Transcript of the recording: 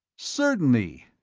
certainly.